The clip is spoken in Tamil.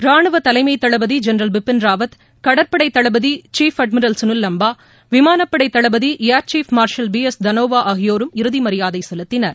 ராணுவ தலைமை தளபதி ஜென்ரல் பிபின் ராவத் கடற்படை தளபதி சீஃப் அட்மிரல் சுனில் லன்பா விமானப்படை தளபதி air chief marshal B S Dhanoa ஆகியோரும் இறுதி மரியாதை செலுத்தினர்